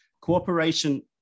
cooperation